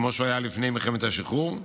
כמו שהוא היה לפני מלחמת השחרור.